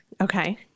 Okay